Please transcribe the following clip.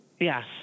Yes